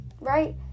Right